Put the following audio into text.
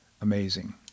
Amazing